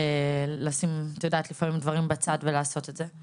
לשים לפעמים דברים בצד ולעשות את זה,